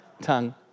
tongue